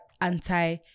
anti